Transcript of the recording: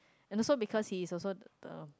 and also because he is also the the